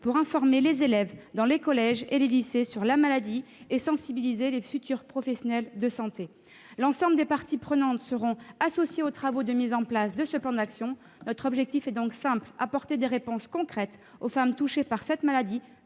pour informer les élèves dans les collèges et les lycées sur la maladie et sensibiliser les futurs professionnels de santé. L'ensemble des parties prenantes sera associé aux travaux de mise en place de ce plan d'action. Notre objectif est donc simple : apporter des réponses concrètes aux femmes touchées par cette maladie